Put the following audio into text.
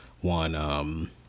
one